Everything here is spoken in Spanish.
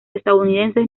estadounidenses